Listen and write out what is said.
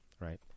right